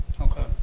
Okay